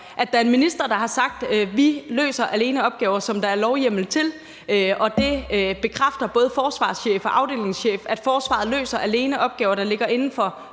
at der er en minister, der har sagt, at vi løser alene opgaver, som der er lovhjemmel til, og både forsvarschefen og afdelingschefen bekræfter, at forsvaret løser alene opgaver, der ligger inden for